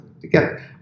together